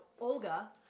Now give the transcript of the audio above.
Olga